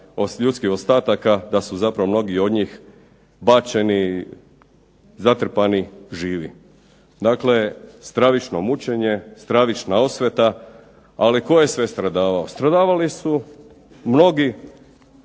ljudskih ostataka da su zapravo mnogi od njih bačeni, zatrpani živi. Dakle, stravično mučenje, stravična osveta. Ali tko je sve stradavao? Stradavali su mnogi